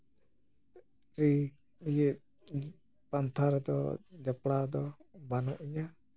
ᱯᱟᱱᱛᱷᱟ ᱨᱮᱫᱚ ᱡᱚᱯᱲᱟᱣ ᱫᱚ ᱵᱟᱱᱩᱜᱤᱧᱟ